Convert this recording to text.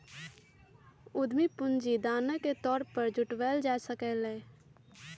उधमी पूंजी दानो के तौर पर जुटाएल जा सकलई ह